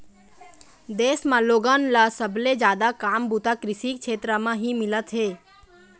देश म लोगन ल सबले जादा काम बूता कृषि के छेत्र म ही मिलत हे